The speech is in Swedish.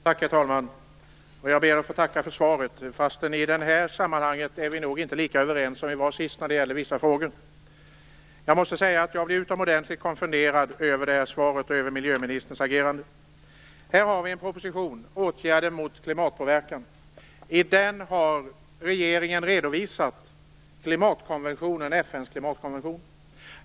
Herr talman! Jag ber att få tacka för svaret. I det här sammanhanget är vi nog inte lika överens som vi var sist när det gäller vissa frågor. Jag blev utomordentligt konfunderad över svaret och miljöministerns agerande. Här har vi en proposition om åtgärder mot klimatpåverkan. I den har regeringen redovisat FN:s klimatkonvention.